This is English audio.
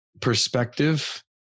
perspective